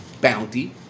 bounty